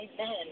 Amen